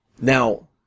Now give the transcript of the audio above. Now